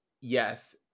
yes